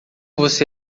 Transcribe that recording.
você